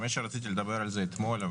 האמת שרציתי לדבר על זה אתמול,